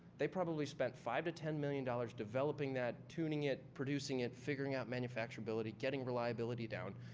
they probably spent five to ten million dollars developing that, tuning it, producing it, figuring out manufacturability, getting reliability down,